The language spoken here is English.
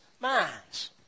minds